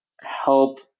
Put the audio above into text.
help